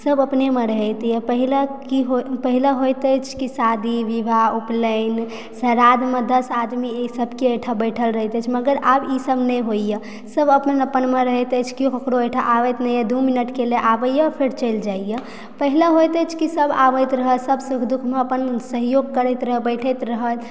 सभ अपनेमे रहैतए पहिले की पहिले होइत अछि कि शादी विवाह उपनयन श्राद्धमे दस आदमी सबके बैठल रहैत अछि मगर आब ईसभ नहि होइए सब अपन अपनमे रहैत अछि केओ ककरो ओहिठाम आबैत नहिए दू मिनटके लिए आबयए फेर चलि जाइए पहिले होइत अछि कि सभ आबैत रहऽ सभ सुख दुःखमऽ अपन सहयोग करैत रहऽ बैठति रहऽ